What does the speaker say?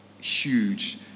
huge